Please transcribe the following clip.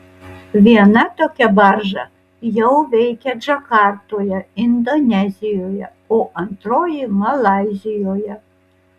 viena tokia barža jau veikia džakartoje indonezijoje o antroji malaizijoje